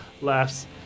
laughs